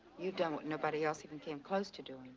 you've done what nobody else even came close to doing,